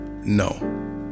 No